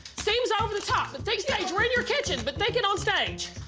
seems over the top, but think stage. we're in your kitchen, but think it onstage.